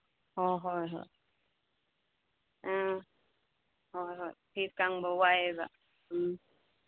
ꯑꯣ ꯍꯣꯏ ꯍꯣꯏ ꯍꯣꯏ ꯍꯣꯏ ꯐꯤ ꯀꯪꯕ ꯋꯥꯏꯌꯦꯕ ꯎꯝ